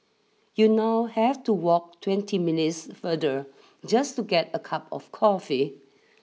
you now have to walk twenty minutes further just to get a cup of coffee